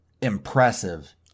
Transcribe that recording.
Impressive